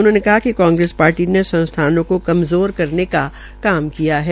उन्होंने कहा कि कांगेस पार्टी ने संस्थानों को कमज़ोर करने का काम किया है